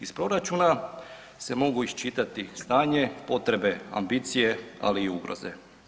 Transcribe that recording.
Iz proračuna se mogu iščitati stanje, potrebe, ambicije, ali i ugroze.